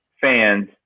fans